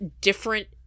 different